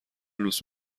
لوس